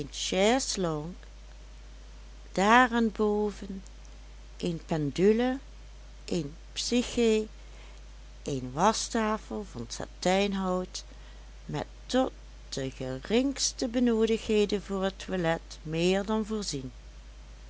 daarenboven een pendule een psyché een waschtafel van satijnhout met tot de geringste benoodigdheden voor het toilet meer dan voorzien